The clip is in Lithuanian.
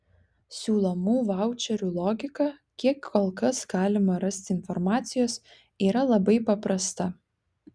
siūlomų vaučerių logika kiek kol kas galima rasti informacijos yra labai paprasta